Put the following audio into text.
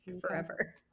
forever